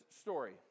story